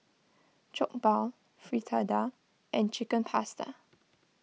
Jokbal Fritada and Chicken Pasta